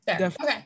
Okay